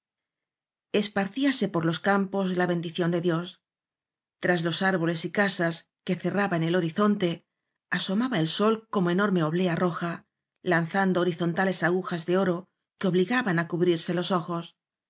esparcíase por los campos la bendición de dios tras los árboles y casas que cerraban el horizonte asomaba el sol como enorme oblea roja lanzando horizontales agujas de oro que obligaban á cubrirse los ojos